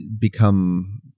Become